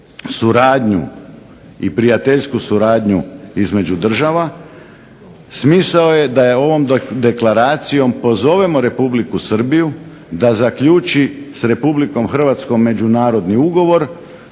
suradnju i prijateljsku suradnju između država. Smisao je da ovom deklaracijom pozovemo Republiku Srbiju da zaključi s Republikom Hrvatskom međunarodni ugovor